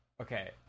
Okay